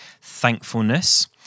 thankfulness